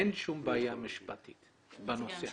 אין שום בעיה משפטית בנושא הזה.